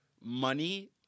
money